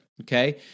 Okay